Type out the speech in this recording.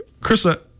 Krista